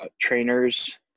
trainers